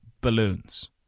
balloons